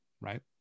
Right